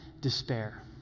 despair